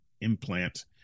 implant